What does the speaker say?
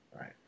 right